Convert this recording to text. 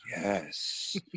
yes